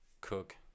Cook